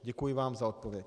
Děkuji vám za odpověď.